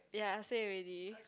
ya I say already